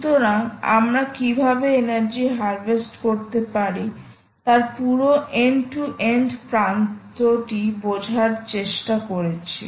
সুতরাং আমরা কীভাবে এনার্জি হারভেস্ট করতে পারি তার পুরো এন্ড টু এন্ড প্রান্তটি বোঝার চেষ্টা করছি